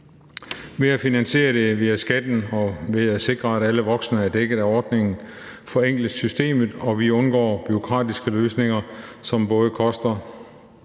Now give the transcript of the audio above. Ved at finansiere det via skatten og ved at sikre, at alle voksne er dækket af ordningen forenkles systemet, og vi undgår bureaukratiske løsninger, som det både koster